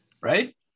Right